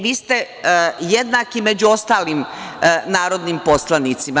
Vi ste jednaki među ostalim narodnim poslanicima.